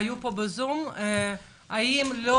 האם לא